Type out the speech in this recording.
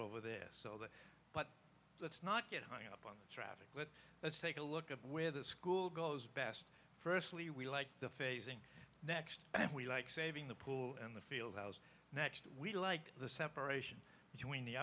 over this so that but let's not get hung up on the traffic but let's take a look at where the school goes best firstly we like the phasing next and we like saving the pool in the field house next we like the separation between the